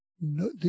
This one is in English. No